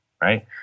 Right